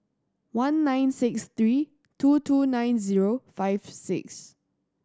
one nine six three two two nine zero five six